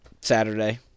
Saturday